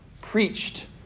preached